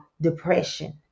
depression